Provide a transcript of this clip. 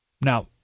now